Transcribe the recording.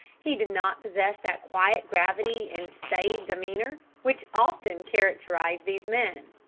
he did not possess that quiet gravity and staid demeanour which often characterise these men.